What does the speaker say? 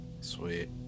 Sweet